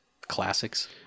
Classics